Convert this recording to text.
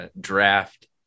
draft